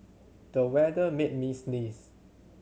the weather made me sneeze